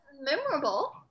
memorable